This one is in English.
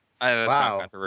Wow